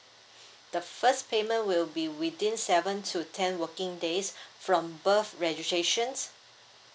the first payment will be within seven to ten working days from birth registrations